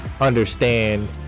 understand